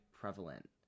prevalent